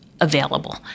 available